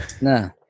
No